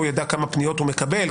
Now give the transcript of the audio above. הוא ידע כמה פניות הוא מקבל,